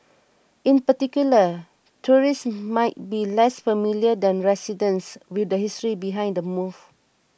in particular tourists might be less familiar than residents with the history behind the move